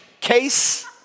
case